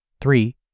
Three